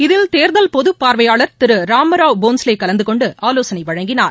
இதில் தேர்தல் பொதுப்பார்வையாளர் திரு ராமராவ் போன்ஸ்லே கலந்துகொண்டு ஆலோசனை வழங்கினார்